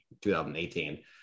2018